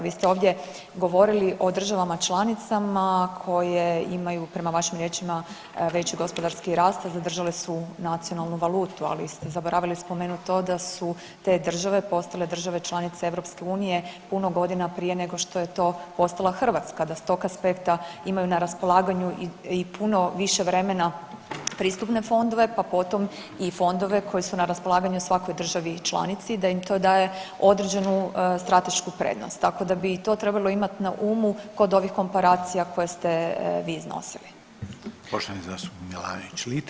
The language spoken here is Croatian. Vi ste ovdje govorili o državama članicama koje imaju prema vašim riječima veći gospodarski rast, a zadržale su nacionalnu valutu, ali ste zaboravili spomenut to da su te države postale države članice EU puno godina prije nego što je to postala Hrvatska, da s tog aspekta imaju na raspolaganju i puno više vremena pristupne fondove, pa potom i fondove koji su na raspolaganju svakoj državni članici, da im to daje određenu stratešku prednost, tako da bi i to trebalo imat na umu kod ovih komparacija koje ste vi iznosili.